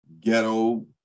ghetto